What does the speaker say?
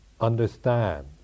understand